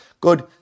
Good